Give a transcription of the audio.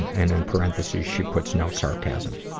and in parentheses she puts, no sarcasm.